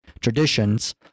traditions